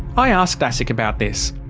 i asked asic about this.